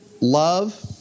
love